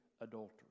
adultery